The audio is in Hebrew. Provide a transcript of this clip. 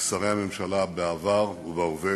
שרי הממשלה בעבר ובהווה,